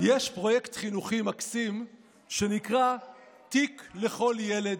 יש פרויקט חינוכי מקסים שנקרא "תיק לכל ילד".